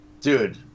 Dude